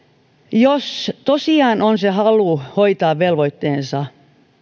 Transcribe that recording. jos tosiaan on se halu hoitaa velvoitteensa